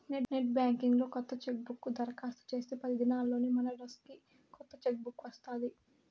net banking లో కొత్త chequebook దరకాస్తు చేస్తే పది దినాల్లోనే మనడ్రస్కి కొత్త చెక్ బుక్ వస్తాది